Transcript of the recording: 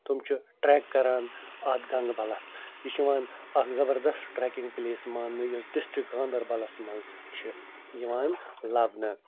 تِم چھِ ٹرٛٮ۪ک کَران اتھ گنٛگبلس یہِ چھِ یِوان اکھ زبردس ٹرٛٮ۪کِنٛگ پٕلیس مانٛنہٕ یُس ڈِسٹرک گانٛدربلس منٛز چھِ یِوان لبنہٕ